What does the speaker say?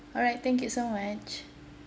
alright thank you so much